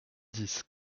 dix